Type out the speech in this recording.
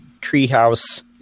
Treehouse